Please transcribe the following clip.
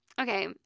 Okay